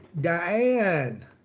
Diane